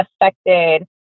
affected